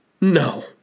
No